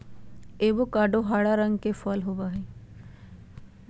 avocado हरा रंग के फल होबा हई